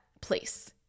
place